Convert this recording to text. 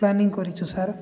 planning କରିଛୁ sir